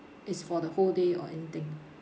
is for the whole day or anything